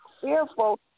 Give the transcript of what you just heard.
fearful